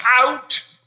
out